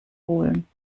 holen